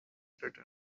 written